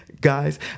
Guys